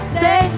say